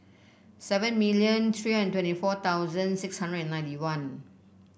seven million three hundred twenty four thousand six hundred and ninety one